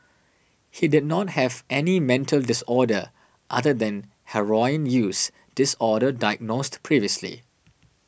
he did not have any mental disorder other than heroin use disorder diagnosed previously